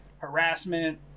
harassment